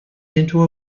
into